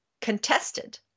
contested